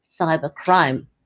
cybercrime